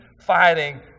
fighting